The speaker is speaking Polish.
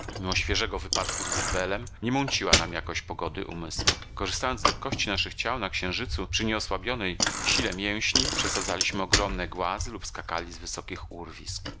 świeżego wypadku z woodbellem nie mąciła nam jakoś pogody umysłu korzystając z lekkości naszych ciał na księżycu przy nieosłabionej sile mięśni przesadzaliśmy ogromne głazy lub skakali z wysokich urwisk